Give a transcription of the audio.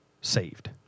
saved